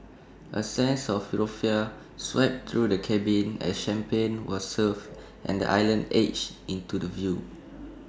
A sense of euphoria swept through the cabin as champagne was served and the island edged into the view